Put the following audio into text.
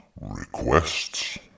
requests